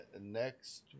Next